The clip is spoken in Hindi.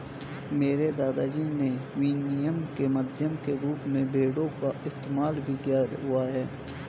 मेरे दादा जी ने विनिमय के माध्यम के रूप में भेड़ों का इस्तेमाल भी किया हुआ है